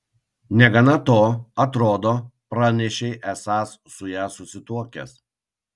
negana to atrodo pranešei esąs su ja susituokęs